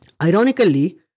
Ironically